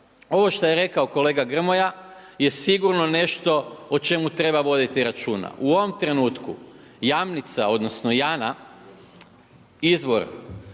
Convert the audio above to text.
Ovo što je rekao kolega Grmoja je sigurno nešto o čemu treba voditi računa. U ovom trenutku Jamnica, odnosno Jana izvor